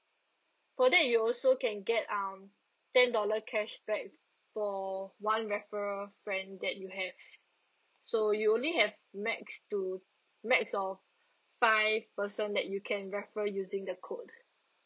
for that you also can get um ten dollar cashback for one referral friend that you have so you only have max two max of five person that you can referral using the code